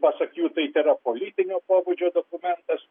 pasak jų tai tėra politinio pobūdžio dokumentas